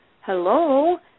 Hello